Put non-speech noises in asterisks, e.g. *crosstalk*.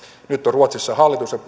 nyt on ruotsissa hallitus ja *unintelligible*